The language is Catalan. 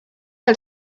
del